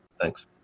thanks